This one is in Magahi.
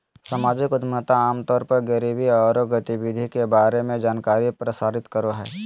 सामाजिक उद्यमिता आम तौर पर गरीबी औरो गतिविधि के बारे में जानकारी प्रसारित करो हइ